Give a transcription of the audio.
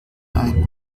ein